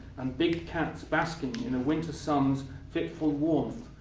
and big cats basking in a winter sun's fitful warmth.